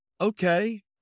okay